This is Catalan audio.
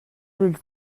ulls